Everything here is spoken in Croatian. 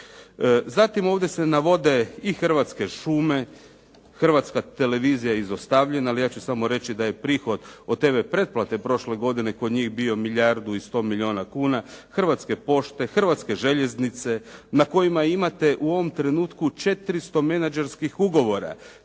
Zatim ovdje se navode i Hrvatske šume, Hrvatska je televizija izostavljena, ali ja ću samo reći da je prihod od TV preplate prošle godine kod njih bio milijardu i 100 milijuna kuna, Hrvatske pošte, Hrvatske željeznice na kojima imate u ovom trenutku 400 menadžerskih ugovora.